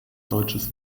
deutsches